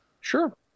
Sure